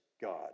God